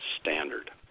standard